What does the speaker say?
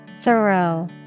Thorough